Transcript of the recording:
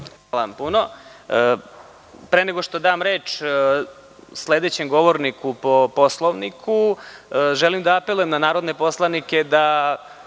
Hvala puno. Pre nego što dam reč sledećem govorniku po Poslovniku, želim da apelujem na narodne poslanike da